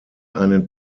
einen